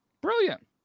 Brilliant